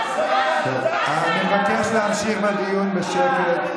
אני מבקש להמשיך בדיון בשקט.